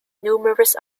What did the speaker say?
numerous